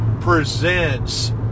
presents